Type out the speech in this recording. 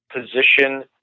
position